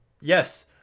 yes